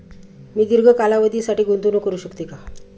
मी दीर्घ कालावधीसाठी गुंतवणूक करू शकते का?